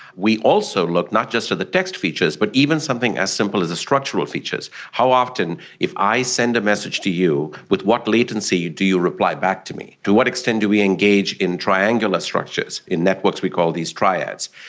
we also look not just at the text features but even something as simple as structural features. how often if i send a message to you, with what latency do you reply back to me? to what extent do we engage in triangular structures, in networks we call these triads?